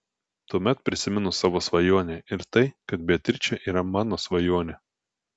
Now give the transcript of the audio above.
tuomet prisimenu savo svajonę ir tai kad beatričė yra mano svajonė